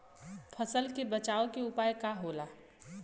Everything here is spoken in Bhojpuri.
फसल के बचाव के उपाय का होला?